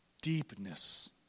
deepness